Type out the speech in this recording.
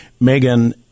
Megan